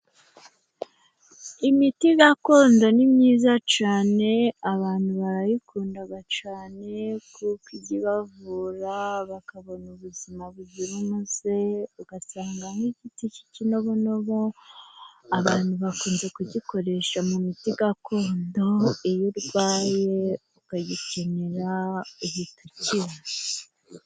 Imiti gakondo ni myiza cyane abantu barayikunda cyane, kuko ijya ibavura bakabona ubuzima buzira umuze, ugasanga nk'igiti cy'ikibonobono abantu bakunze kugikoresha mu miti gakondo, iyo urwaye ukagikenera uhita ukira.